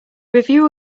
review